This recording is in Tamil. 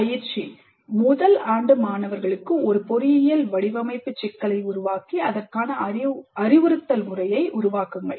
பயிற்சி 1 முதல் ஆண்டு மாணவர்களுக்கு ஒரு பொறியியல் வடிவமைப்பு சிக்கலை உருவாக்கி அதற்கான அறிவுறுத்தல் முறையை உருவாக்குங்கள்